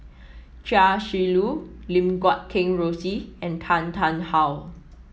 Chia Shi Lu Lim Guat Kheng Rosie and Tan Tarn How